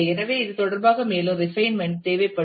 எனவே இது தொடர்பாக மேலும் ரிபைன்மென்ட் தேவைப்படும்